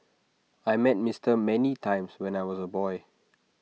I met Mister many times when I was A boy